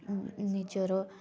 ନିଜର